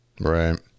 right